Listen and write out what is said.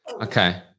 okay